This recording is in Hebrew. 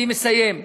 אני מסיים.